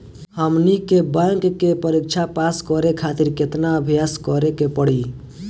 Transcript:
हमनी के बैंक के परीक्षा पास करे खातिर केतना अभ्यास करे के पड़ी?